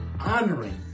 honoring